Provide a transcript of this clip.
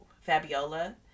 Fabiola